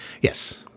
Yes